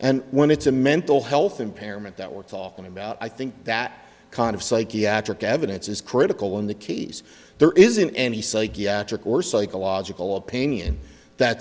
and when it's a mental health impairment that we're talking about i think that kind of psychiatric evidence is critical in the case there isn't any psychiatric or psychological opinion that